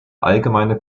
allgemeine